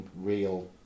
real